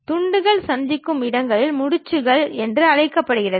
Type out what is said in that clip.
துண்டுகள் சந்திக்கும் இடங்கள் முடிச்சுகள் என்று அழைக்கப்படுகின்றன